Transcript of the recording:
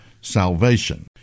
salvation